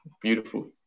beautiful